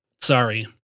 Sorry